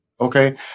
Okay